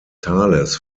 tales